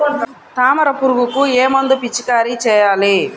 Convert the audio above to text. తామర పురుగుకు ఏ మందు పిచికారీ చేయాలి?